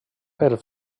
pel